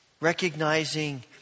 recognizing